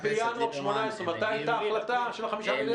בינואר 2018. מתי הייתה ההחלטה של 5 מיליארד?